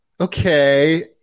okay